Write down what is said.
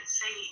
say